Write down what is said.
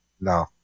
No